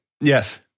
Yes